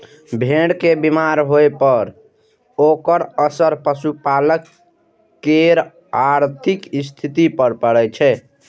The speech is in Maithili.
भेड़ के बीमार होइ पर ओकर असर पशुपालक केर आर्थिक स्थिति पर पड़ै छै